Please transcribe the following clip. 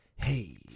Hey